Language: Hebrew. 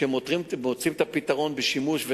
כשמוצאים את הפתרון בשימוש,